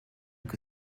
que